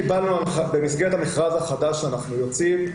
במסגרת המכרז החדש שאנחנו יוצאים,